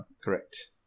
Correct